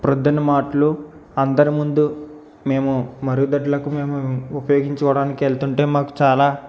ప్రొద్దున మాట్లు అందరిముందు మేము మరుగుదొడ్లకు మేము ఉపయోగించుకోవడానికి వెళ్తుంటే మాకు చాలా